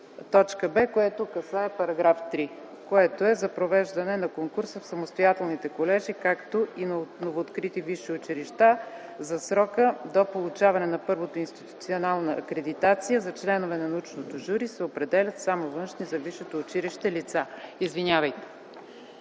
буква „б”, което касае § 3. То е: „За провеждане на конкурси в самостоятелните колежи, както и в новооткрити висши училища за срока до получаване на първата институционална акредитация за членове на научното жури се определят само външни за висшето училище лица”.